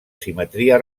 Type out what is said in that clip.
simetria